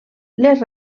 les